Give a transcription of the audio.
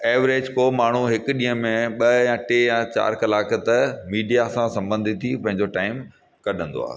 average को माण्हू हिकु ॾींहुं में ॿ या टे या चारि कलाक त मीडिया सां असां सबंधिती पंहिंजो टाइम कढंदो आहे